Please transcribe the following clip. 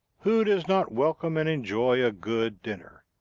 who does not welcome and enjoy a good dinner!